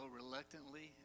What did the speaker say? reluctantly